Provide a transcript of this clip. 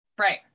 Right